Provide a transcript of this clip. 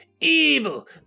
evil